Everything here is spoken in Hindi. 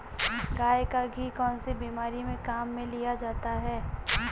गाय का घी कौनसी बीमारी में काम में लिया जाता है?